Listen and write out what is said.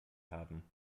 haben